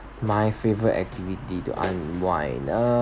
my favorite activity to unwind uh